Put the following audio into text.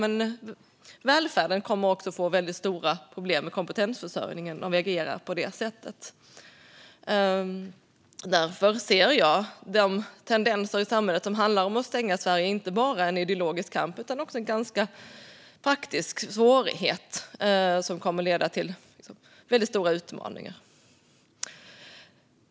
Men välfärden kommer också att få väldigt stora problem med kompetensförsörjningen om vi agerar på det sättet. Därför ser jag de tendenser i samhället som handlar om att stänga Sverige inte bara som en ideologisk kamp. Det är också en ganska praktisk svårighet som kommer att leda till väldigt stora utmaningar.